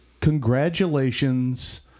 congratulations